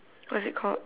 what's it called